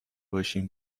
باشیم